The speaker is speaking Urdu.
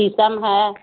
شیشم ہے